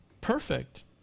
perfect